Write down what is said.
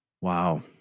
Wow